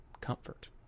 comfort